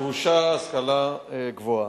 דרושה השכלה גבוהה.